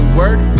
work